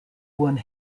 one